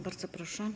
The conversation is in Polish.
Bardzo proszę.